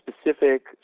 specific